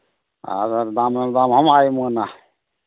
ᱟᱨ ᱫᱟᱢ ᱦᱚᱸᱢ ᱫᱟᱢ ᱦᱚᱢ ᱟᱭ ᱩᱢᱟᱹᱱᱟ